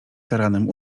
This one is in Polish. taranem